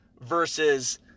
versus